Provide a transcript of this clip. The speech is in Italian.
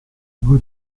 due